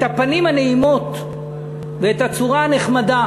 את הפנים הנעימות ואת הצורה הנחמדה